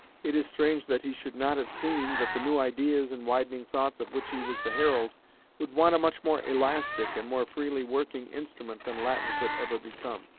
it is strange that he should not have seen that the new ideas and widening thoughts of which he was the herald would want a much more elastic and more freely-working instrument than latin could ever become.